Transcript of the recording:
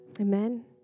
Amen